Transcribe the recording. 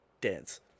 dance